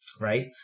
right